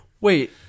Wait